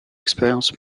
expérience